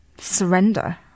surrender